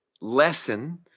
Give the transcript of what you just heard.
lesson